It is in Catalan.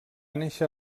néixer